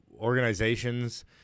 organizations